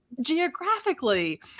geographically